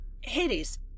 Hades